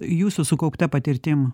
jūsų sukaupta patirtim